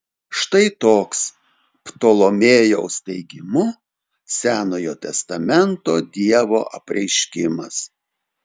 štai toks ptolomėjaus teigimu senojo testamento dievo apreiškimas